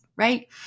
Right